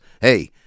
hey